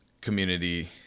Community